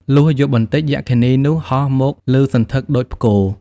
លុះយប់បន្តិច យក្ខិនីនោះហោះមកលឺសន្ធឹកដូចផ្គរ។